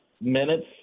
minutes